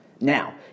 Now